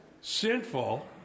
sinful